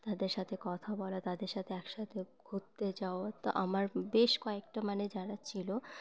তাদের সাথে কথা বলা তাদের সাথে একসাথে ঘুরতে যাওয়া তো আমার বেশ কয়েকটা মানে যারা ছিল